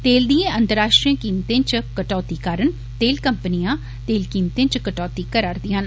तेल दिए अंतर्राष्ट्रीय कीमतें च कटौती करी तेल कम्पनियां तेल कीमतें च कटौती करारदियां न